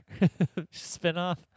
spinoff